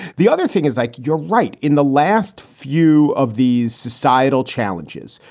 the other thing is like, you're right. in the last few of these societal challenges.